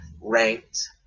ranked